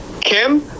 Kim